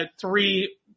three –